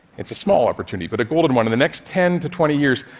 it's a small opportunity but a golden one in the next ten to twenty years,